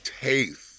taste